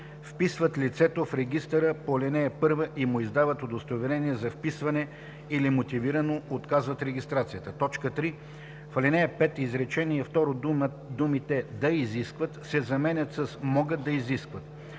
вписват лицето в регистъра по ал. 1 и му издават удостоверение за вписване или мотивирано отказват регистрацията.“ 3. В ал. 5, изречение второ думите „да изискват“ се заменят с „могат да изискват“.